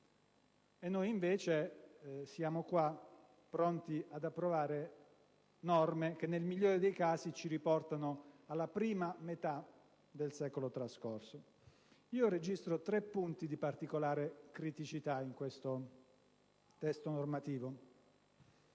al contrario siamo pronti ad approvare norme che, nel migliore dei casi, ci riportano alla prima metà del secolo trascorso. Registro tre punti di particolare criticità in questo testo normativo.